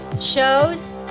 shows